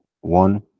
One